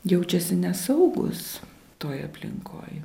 jaučiasi nesaugūs toj aplinkoj